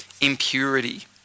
impurity